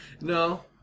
No